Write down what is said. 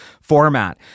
format